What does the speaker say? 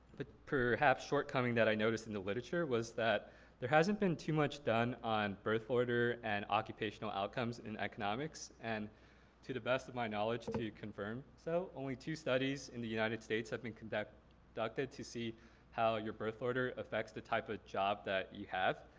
but perhaps short coming that i noticed in the literature was that there hasn't been too much done on birth order and occupational outcomes in economics and to the best of my knowledge to confirm. so only two studies in the united states have been conducted to see how your birth order affects the type of job that you have.